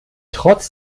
trotz